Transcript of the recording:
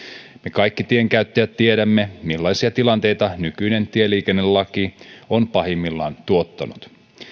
kaikki tien käyttäjät tiedämme millaisia tilanteita nykyinen tieliikennelaki on pahimmillaan tuottanut